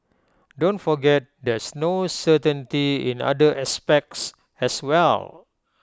don't forget there's no certainty in other aspects as well